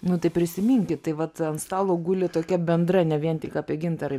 nu tai prisiminkit tai vat ant stalo guli tokia bendra ne vien tik apie gintarą